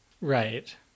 Right